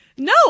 No